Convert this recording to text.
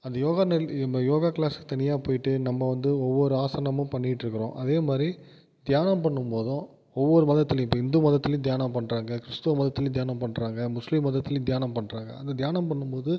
அந்த யோகா நில் யோகா க்ளாஸ்க்கு தனியாக போயிட்டு நம்ம வந்து ஒவ்வொரு ஆசனமும் பண்ணிட்டுருக்குறோம் அதே மாதிரி தியானம் பண்ணும் போதும் ஒவ்வொரு மதத்துலேயும் இப்போ இந்து மதத்துலேயும் தியானம் பண்ணுறாங்க கிறிஸ்துவ மதத்துலேயும் தியானம் பண்ணுறாங்க முஸ்லீம் மதத்துலேயும் தியானம் பண்ணுறாங்க அந்த தியானம் பண்ணும் போது